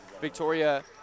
Victoria